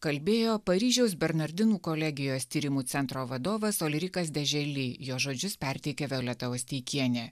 kalbėjo paryžiaus bernardinų kolegijos tyrimų centro vadovas olirikas de želi jo žodžius perteikė violeta osteikienė